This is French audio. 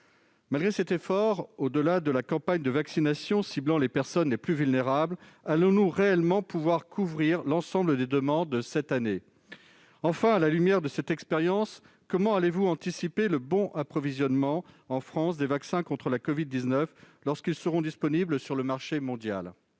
Malgré cet effort, au-delà de la campagne de vaccination qui cible les personnes les plus vulnérables, allons-nous réellement pouvoir couvrir l'ensemble des demandes cette année ? Enfin, à la lumière de cette expérience, comment anticiperez-vous le bon approvisionnement en France des vaccins contre la covid-19 lorsqu'ils seront disponibles sur le marché mondial ?